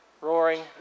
roaring